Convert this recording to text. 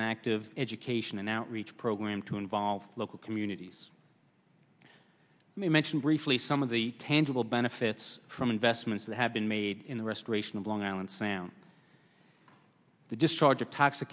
an active education and outreach program to involve local communities i mentioned briefly some of the tangible benefits from investments that have been made in the restoration of long island sound the discharge